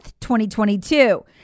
2022